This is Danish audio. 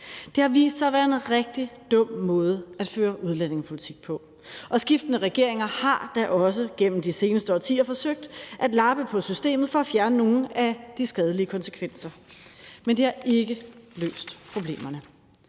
Det har vist sig at være en rigtig dum måde at føre udlændingepolitik på, og skiftende regeringer har da også gennem de seneste årtier forsøgt at lappe på systemet for at fjerne nogle af de skadelige konsekvenser. Men det har ikke løst problemerne.